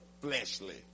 fleshly